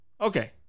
okay